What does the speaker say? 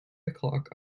o’clock